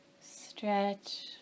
stretch